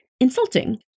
insulting